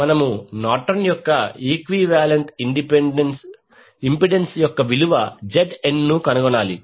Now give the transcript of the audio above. మనము నార్టన్ యొక్క equivalent impedance యొక్క విలువ ZN ను కనుగొనాలి